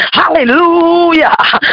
hallelujah